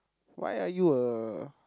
why are you a